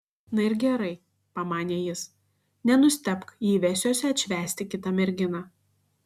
na ir gerai pamanė jis nenustebk jei vesiuosi atšvęsti kitą merginą